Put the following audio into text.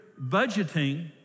Budgeting